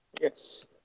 yes